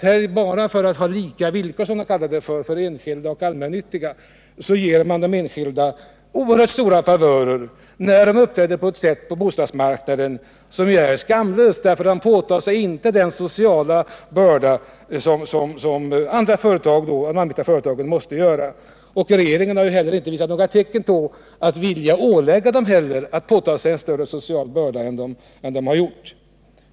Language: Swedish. För att skapa lika villkor, som man säger, för enskilda och allmännyttiga företag ger man de enskilda oerhört stora favörer, trots att de uppträder på ett skamlöst sätt på bostadsmarknaden. De påtar sig ju inte den sociala börda som de allmännyttiga företagen måste bära. Regeringen har inte heller visat några tecken att vilja ålägga dem en större social börda än den som de har åtagit sig.